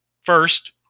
First